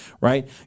right